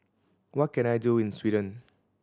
what can I do in Sweden